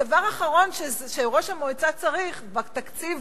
הדבר האחרון שראש המועצה צריך בתקציב